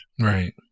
Right